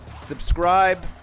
subscribe